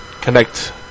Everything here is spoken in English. Connect